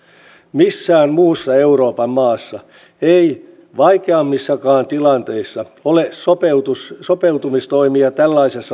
missään muussa euroopan maassa ei vaikeammissakaan tilanteissa ole sopeutumistoimia sopeutumistoimia tällaisessa